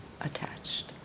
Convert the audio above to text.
attached